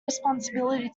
responsibility